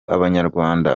abanyarwanda